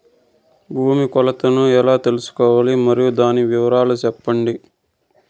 భూమి కొలతలను ఎలా తెల్సుకోవాలి? మరియు దాని వివరాలు సెప్పండి?